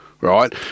right